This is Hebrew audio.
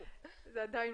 לא ענית לי